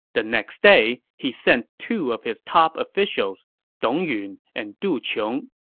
the next day, he sent two of his top officials dong yun and du qiong,